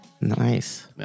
Nice